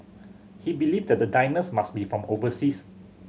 he believed that the diners must be from overseas